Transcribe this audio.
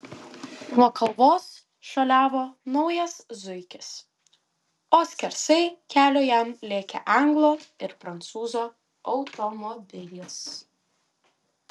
nuo kalvos šuoliavo naujas zuikis o skersai kelio jam lėkė anglo ir prancūzo automobilis